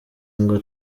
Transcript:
ngo